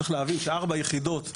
צריך להבין ש-4 יחידות,